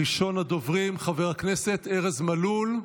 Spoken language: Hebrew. ראשון הדוברים, חבר הכנסת ארז מלול.